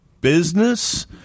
business